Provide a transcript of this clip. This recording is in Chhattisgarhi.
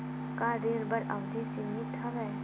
का ऋण बर अवधि सीमित होथे?